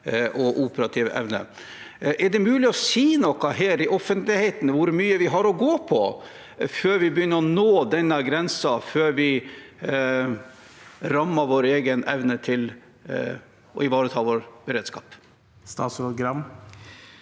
og operative evne. Er det mulig å si noe her i offentligheten om hvor mye vi har å gå på før vi begynner å nå den grensen hvor vi rammer vår evne til å ivareta egen beredskap? Statsråd Bjørn